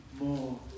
more